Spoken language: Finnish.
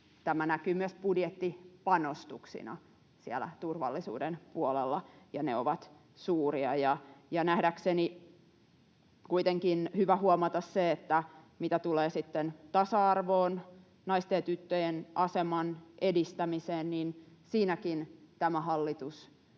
tämä näkyy myös budjettipanostuksina siellä turvallisuuden puolella, ja ne ovat suuria. Nähdäkseni kuitenkin on hyvä huomata, että mitä tulee sitten tasa-arvoon, naisten ja tyttöjen aseman edistämiseen, niin siinäkin tämä hallitus tekee